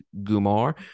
Gumar